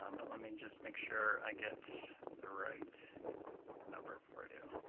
um but let me just make sure i get the right number for you.